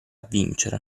vincere